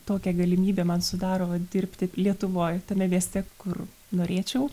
tokią galimybę man sudaro dirbti lietuvoj tame mieste kur norėčiau